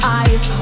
eyes